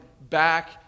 back